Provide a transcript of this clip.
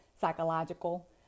psychological